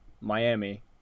Miami